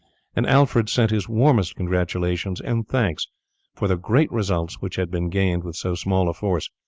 and alfred sent his warmest congratulations and thanks for the great results which had been gained with so small a force,